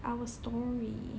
our story